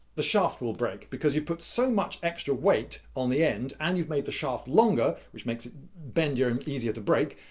the shaft will break. because you put so much extra weight on the end and you've made the shaft longer, which makes it bendier and easier to break,